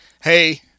hey